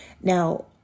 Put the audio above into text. Now